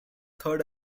third